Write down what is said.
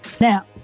Now